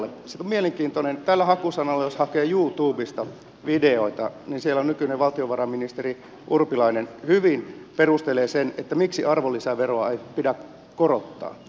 mielenkiintoista on että jos tällä hakusanalla hakee youtubesta videoita niin siellä nykyinen valtiovarainministeri urpilainen hyvin perustelee sen miksi arvonlisäveroa ei pidä korottaa